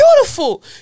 beautiful